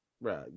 Right